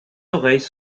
oreilles